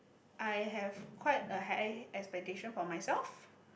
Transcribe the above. I have quite a high expectation for myself